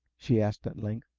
she asked at length.